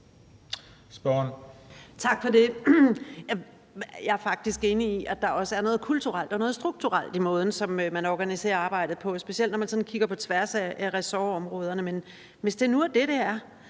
(SF): Tak for det. Jeg er faktisk enig i, at der også er noget kulturelt og noget strukturelt i måden, som man organiserer arbejdet på, specielt når man sådan kigger på tværs af ressortområderne. Men hvis det nu er det, det er,